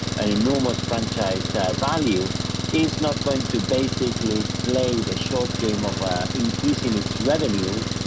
an enormous franchise value is not going to basically play the short game of a increase in its revenues